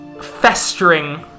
festering